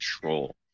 control